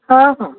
ହଁ ହଁ